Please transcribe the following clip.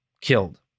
killed